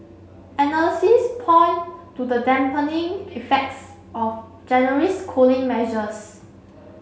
analysts point to the dampening effects of January's cooling measures